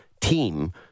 team